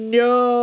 no